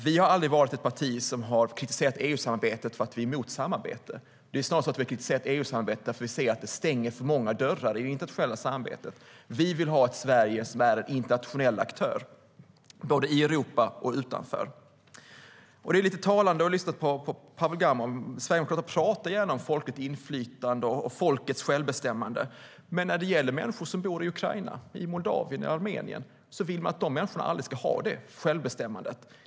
Vi har aldrig varit ett parti som har kritiserat EU-samarbetet för att vi är emot samarbete. Det är snarare så att vi har kritiserat EU-samarbetet för att vi ser att det stänger för många dörrar i det internationella samarbetet. Vi vill ha ett Sverige som är en internationell aktör, både i och utanför Europa. Det är lite talande, det som Pavel Gamov säger. Sverigedemokraterna talar gärna om folkligt inflytande och folkets självbestämmande. Men när det gäller människor som bor i Ukraina, Moldavien eller Armenien vill man att de människorna aldrig ska ha det självbestämmandet.